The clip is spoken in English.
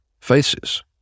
faces